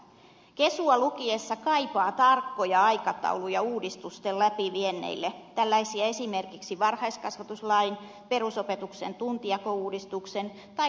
kesua lukiessa kaipaa tarkkoja aikatauluja uudistusten läpivienneille tällaisia esimerkiksi varhaiskasvatuslain perusopetuksen tuntijakouudistuksen tai lukiouudistuksen osalta